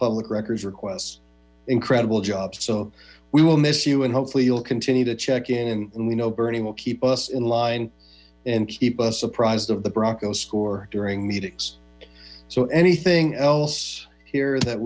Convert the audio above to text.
public records requests incredible jobs so we will miss you and hopefully you'll continue to check in and then we know bernie will keep us in line and keep us apprised of the bronco score during meetings so anything else here that